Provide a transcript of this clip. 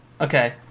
okay